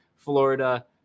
Florida